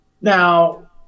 Now